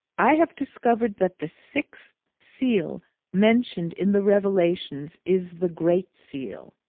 i have discovered that the sixth seal mentioned in the revelations is the great seal.